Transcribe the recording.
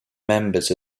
members